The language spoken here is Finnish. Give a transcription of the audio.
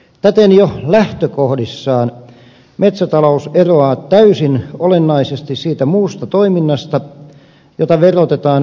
täten jo lähtökohdissaan metsätalous eroaa täysin olennaisesti siitä muusta toiminnasta jota verotetaan pääomaverotulojen mukaan